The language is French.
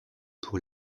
pour